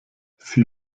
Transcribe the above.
sie